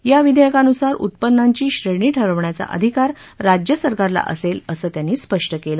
या विधेयकानुसार उत्पन्नांची श्रेणी ठरवण्याचा अधिकार राज्यसरकारला असेल असं त्यांनी स्पष्ट केलं